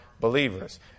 believers